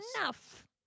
enough